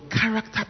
character